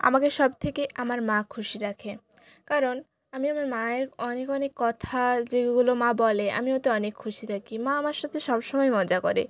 আমাকে সবথেকে আমার মা খুশি রাখে কারণ আমি আমার মায়ের অনেক অনেক কথা যেইগুলো মা বলে আমি ওতে অনেক খুশি থাকি মা আমার সাথে সবসময় মজা করে